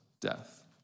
death